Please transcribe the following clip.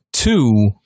Two